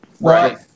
right